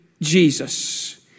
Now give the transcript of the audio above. Jesus